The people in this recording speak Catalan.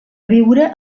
viure